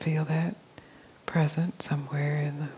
feel that present somewhere and